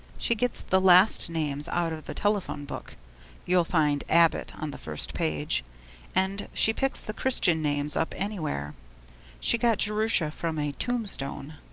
she gets the last names out of the telephone book you'll find abbott on the first page and she picks the christian names up anywhere she got jerusha from a tombstone.